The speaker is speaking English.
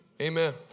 Amen